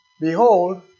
Behold